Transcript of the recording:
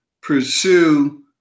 pursue